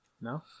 No